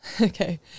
Okay